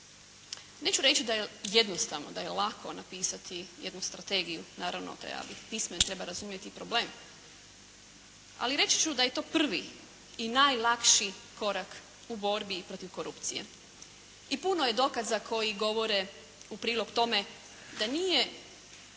Neću reći da je jednostavno, da je lako napisati jednu strategiju. Naravno, treba biti pismen. Treba razumjeti problem. Ali reći ću da je to prvi i najlakši korak u borbi protiv korupcije. I puno je dokaza koji govore u prilog tome da nije